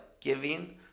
giving